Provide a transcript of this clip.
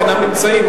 אך אינם נמצאים,